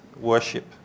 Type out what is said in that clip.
worship